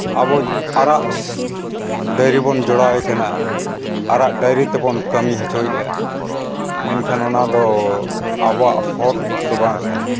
ᱟᱵᱚ ᱟᱨᱟᱝ ᱰᱟᱹᱝᱨᱤ ᱵᱚᱱ ᱡᱚᱲᱟᱣᱮ ᱠᱟᱱᱟ ᱟᱨᱟᱝ ᱰᱟᱹᱝᱨᱤ ᱛᱮᱵᱚᱱ ᱠᱟᱹᱢᱤ ᱦᱚᱪᱚᱭᱮᱜᱼᱟ ᱢᱮᱱᱠᱷᱟᱱ ᱚᱱᱟ ᱫᱚ ᱟᱵᱚᱣᱟᱜ ᱦᱚᱨ ᱫᱚ ᱵᱟᱝ ᱠᱟᱱᱟ